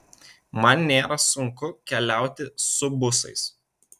man nėra sunku keliauti su busais